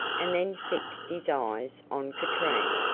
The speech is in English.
and then fixed his eyes on katrine.